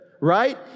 right